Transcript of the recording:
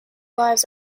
lives